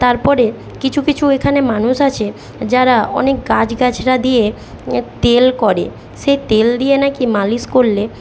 তারপরে কিছু কিছু ওইখানে মানুষ আছে যারা অনেক গাছ গাছড়া দিয়ে তেল করে সে তেল দিয়ে নাকি মালিশ করলে